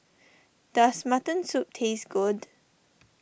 does Mutton Soup taste good